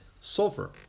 sulfur